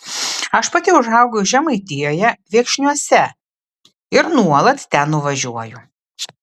aš pati užaugau žemaitijoje viekšniuose ir nuolat ten nuvažiuoju